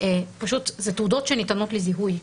יש תעודות שניתנות לזיהוי,